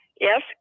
Yes